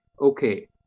okay